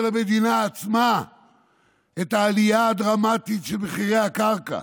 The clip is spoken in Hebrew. המדינה עצמה את העלייה הדרמטית של מחירי הקרקע.